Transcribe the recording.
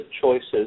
choices